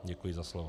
Děkuji za slovo.